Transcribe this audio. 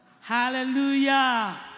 hallelujah